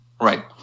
Right